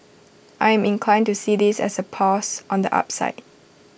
I'm inclined to see this as A pause on the upside